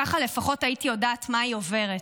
ככה לפחות הייתי יודעת מה היא עוברת.